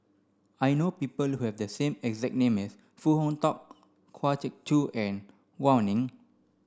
I know people who have the same exact name as Foo Hong Tatt Kwa Geok Choo and Gao Ning